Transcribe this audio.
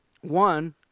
One